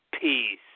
peace